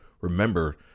remember